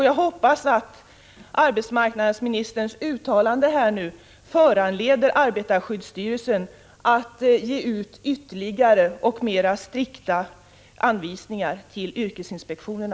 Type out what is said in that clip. Jag hoppas att arbetsmarknadsministerns uttalande föranleder arbetarskyddsstyrelsen att ge ut ytterligare och mera strikta anvisningar till yrkesinspektionen.